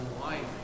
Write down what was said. life